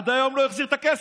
עד היום לא החזיר את הכסף.